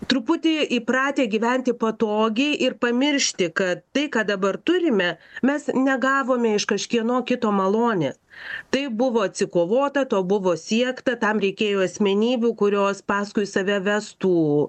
truputį įpratę gyventi patogiai ir pamiršti kad tai ką dabar turime mes negavome iš kažkieno kito malonės tai buvo atsikovota to buvo siekta tam reikėjo asmenybių kurios paskui save vestų